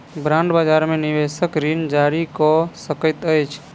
bond बजार में निवेशक ऋण जारी कअ सकैत अछि